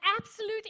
absolute